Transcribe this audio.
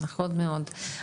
נכון מאוד,